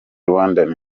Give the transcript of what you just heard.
rwandan